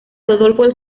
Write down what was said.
rodolfo